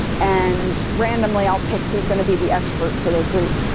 and randomly i'll pick who's going to be the expert for their group.